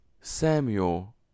Samuel